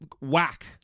whack